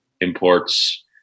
imports